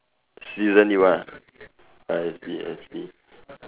season you ah I see I see